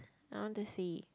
I want to see